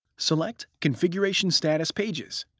select configuration status pages,